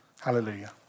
Hallelujah